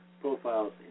Profiles